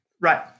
Right